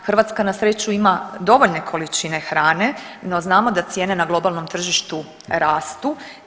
Hrvatska na sreću ima dovoljne količine hrane, no znamo da cijene na globalnom tržištu rastu.